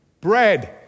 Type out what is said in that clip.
bread